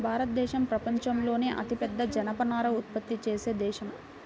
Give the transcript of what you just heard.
భారతదేశం ప్రపంచంలోనే అతిపెద్ద జనపనార ఉత్పత్తి చేసే దేశం